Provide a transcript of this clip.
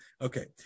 Okay